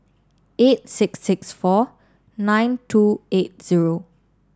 eight six six four nine two eight zero